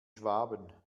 schwaben